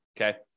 Okay